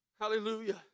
Hallelujah